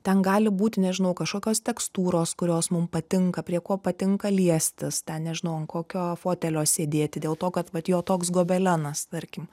ten gali būti nežinau kažkokios tekstūros kurios mum patinka prie ko patinka liestis ten nežinau ant kokio fotelio sėdėti dėl to kad vat jo toks gobelenas tarkim